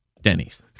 Denny's